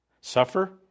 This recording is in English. suffer